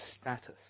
status